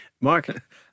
Mark